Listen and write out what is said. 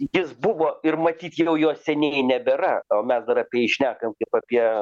jis buvo ir matyt jau jo seniai nebėra o mes dar apie jį šnekam kaip apie